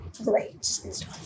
great